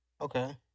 Okay